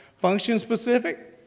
function specific,